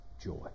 joy